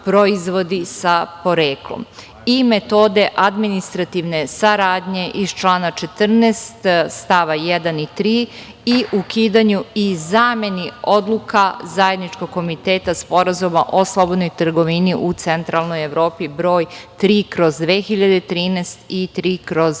"proizvodi sa poreklom" i metode administrativne saradnje iz člana 14. stava 1. i 3. i ukidanju i zameni Odluka Zajedničkog komiteta Sporazuma o slobodnoj trgovini u Centralnoj Evropi br. 3/2013 i